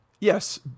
Yes